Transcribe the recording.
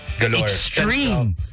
extreme